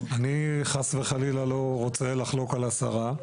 אני חס וחלילה לא רוצה לחלוק על השרה.